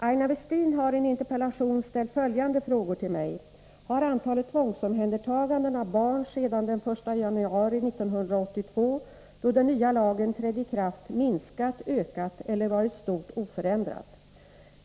Aina Westin har i en interpellation ställt följande frågor till mig: Har antalet tvångsomhändertaganden av barn sedan den 1 januari 1982, då den nya lagen trädde i kraft, minskat, ökat eller varit i stort oförändrat?